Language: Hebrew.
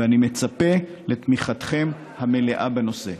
ואני מצפה לתמיכתכם המלאה בנושא.